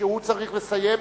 שהוא צריך לסיים,